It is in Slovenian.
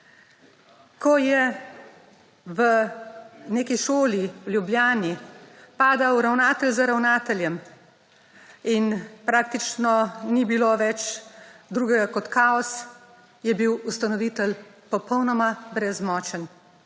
Ko je v neki šoli v Ljubljani padal ravnatelj za ravnateljem in praktično ni bilo več drugega kot kaos, je bil ustanovitelj popolnoma brezmočen.